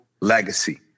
legacy